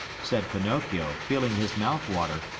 said pinocchio, feeling his mouth water.